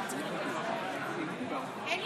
תודה,